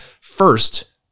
First